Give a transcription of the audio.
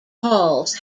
halls